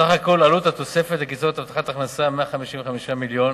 סך הכול עלות התוספת: 155 מיליון.